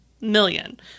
million